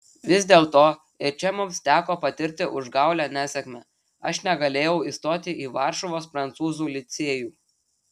vis dėlto ir čia mums teko patirti užgaulią nesėkmę aš negalėjau įstoti į varšuvos prancūzų licėjų